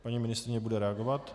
Paní ministryně bude reagovat.